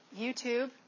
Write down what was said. YouTube